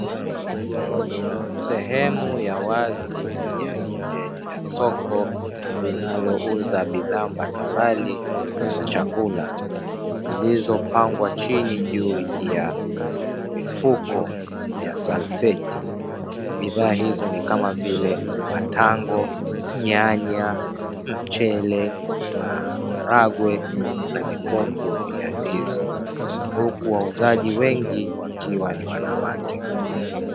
Sehemu ya wazi ya nje ya soko linalouza bidhaa mbalimbali za chakula, zilizopangwa chini juu ya mifuko ya salfeti. Bidhaa hizo ni kama vile: matango, nyanya, mchele, maharagwe na mikungu ya ndizi. Huku wauzaji wengi wakiwa ni wanawake.